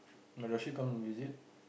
but does she come visit